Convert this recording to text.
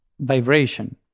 vibration